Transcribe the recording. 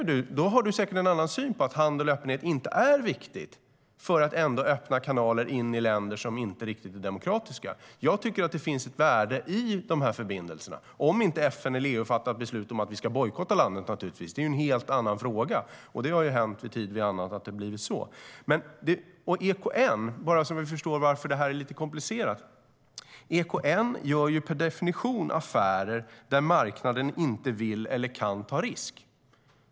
Du har säkert en annan syn och menar att handel och öppenhet inte är viktigt för att öppna kanaler in i länder som inte riktigt är demokratiska. Jag tycker att det finns ett värde i de förbindelserna, om inte FN eller EU fattat beslut om att vi ska bojkotta det landet. Det är en helt annan fråga. Det har hänt tid efter annan att det har blivit så. Det gäller att vi förstår varför det är lite komplicerat. EKN gör per definition affärer där marknaden inte vill eller kan ta risk.